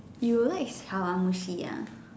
you like chawanmushi lah